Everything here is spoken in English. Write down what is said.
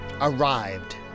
arrived